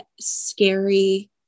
scary